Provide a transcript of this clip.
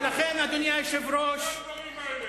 ולכן, ולכן, אדוני היושב-ראש, מה זה הדברים האלה?